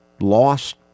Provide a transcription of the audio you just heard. lost